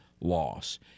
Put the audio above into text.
loss